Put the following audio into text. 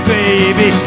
baby